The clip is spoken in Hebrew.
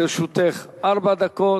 לרשותך ארבע דקות,